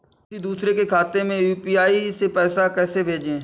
किसी दूसरे के खाते में यू.पी.आई से पैसा कैसे भेजें?